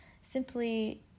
Simply